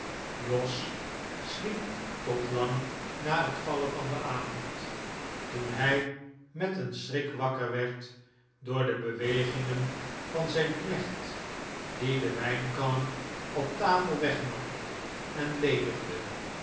jos sliep tot lang na het vallen van den avond toen hij met een schrik wakker werd door de bewegingen van zijn knecht die de wijnkannen op tafel wegnam en ledigde